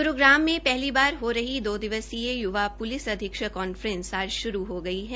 गुरूग्राम में पहली बाल हो रही दो दिवसीय युवा पुलिस अधिक्षक कांफ्रेंस आज शुरू हो गई है